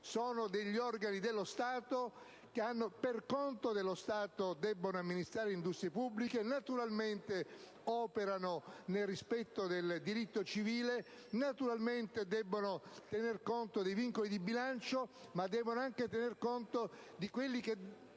sono degli organi dello Stato che, per conto dello Stato, debbono amministrare industrie pubbliche. Naturalmente operano nel rispetto del diritto civile, naturalmente debbono tener conto dei vincoli di bilancio, ma anche dell'unico motivo per